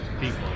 people